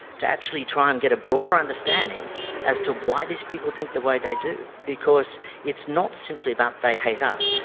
to actually try and get a broader understanding as to why these people think the way they do. because it's not simply about they hate us,